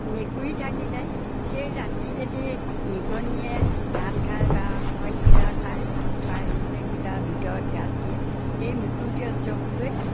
মেকুৰী থাকিলে সেই ৰাতি যদি নিগনীয়ে ধান খায় বা অইন কিবা খায় বা এন্দুৰে কিবা ভিতৰত গাঁত দিয়ে এই মেকুৰীটোৱে জোপ লৈ